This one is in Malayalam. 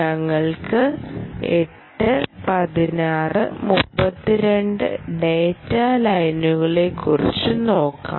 ഞങ്ങൾക്ക് 8 16 32 ഡാറ്റാ ലൈനുകളെക്കുറിച്ച് നോക്കാം